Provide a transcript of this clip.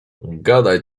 gadaj